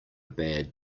bad